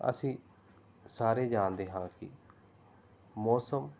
ਅਸੀਂ ਸਾਰੇ ਜਾਣਦੇ ਹਾਂ ਕਿ ਮੌਸਮ